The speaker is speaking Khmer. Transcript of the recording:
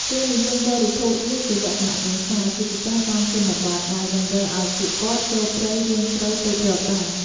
គេនិយមបរិភោគវាជាលក្ខណៈគ្រួសារ ជាពិសេសតាមជនបទ ដែលតម្រូវឱ្យពួកគាត់ចូលព្រៃរាងជ្រៅទើបរកបាន។